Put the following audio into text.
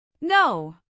No